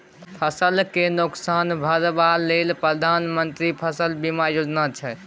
फसल केँ नोकसान भरबा लेल प्रधानमंत्री फसल बीमा योजना छै